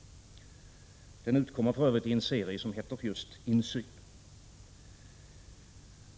1986/87:46 övrigt i en serie som heter just Insyn.